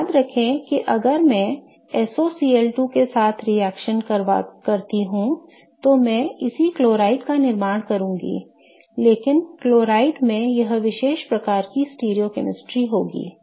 अब याद रखें कि अगर मैं SOCl2 के साथ रिएक्शन करता हूं तो मैं इसी क्लोराइड का निर्माण करूंगा लेकिन क्लोराइड में यह विशेष प्रकार की स्टीरोकैमिस्ट्री होगी